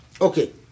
Okay